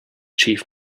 chief